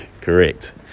Correct